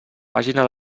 pàgina